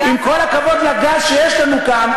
עם כל הכבוד לגז שיש לנו כאן,